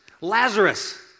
Lazarus